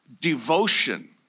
devotion